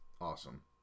awesome